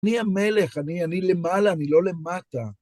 אני המלך, אני למעלה, אני לא למטה.